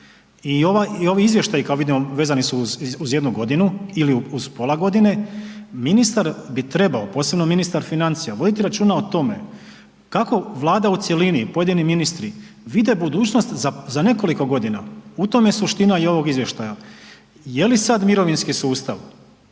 i ovi izvještaji kako vidimo vezani su uz jednu godinu ili uz pola godine, ministar bi trebao posebno ministar financija, voditi računa o tome kako Vlada u cjelini, pojedini ministri vide budućnost za nekoliko godina. U tome je suština i ovog izvještaja. Jeli sada mirovinski sustav